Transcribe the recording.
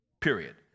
Period